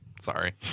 sorry